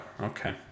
Okay